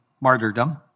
martyrdom